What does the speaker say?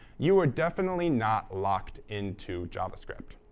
you are definitely not locked into javascript.